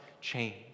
change